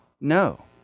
No